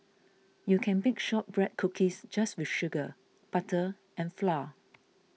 you can bake Shortbread Cookies just with sugar butter and flour